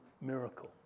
miracle